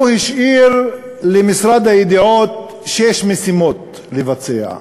הוא השאיר למשרד הידיעות שש משימות לבצע.